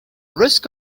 risk